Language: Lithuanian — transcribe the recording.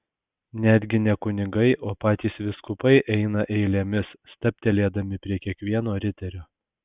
netgi ne kunigai o patys vyskupai eina eilėmis stabtelėdami prie kiekvieno riterio